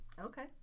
okay